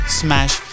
smash